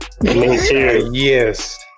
Yes